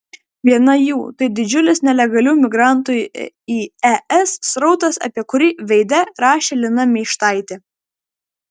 viena jų tai didžiulis nelegalių migrantų į es srautas apie kurį veide rašė lina meištaitė